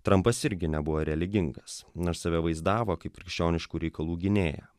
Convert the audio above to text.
trumpas irgi nebuvo religingas nors save vaizdavo kaip krikščioniškų reikalų gynėją